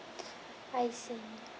I see